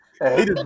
Hey